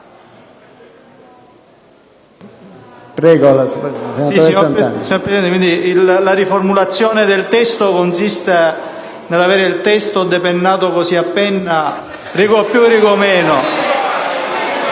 quindi la riformulazione del testo consiste nell’avere il testo depennato cosıa penna, rigo piu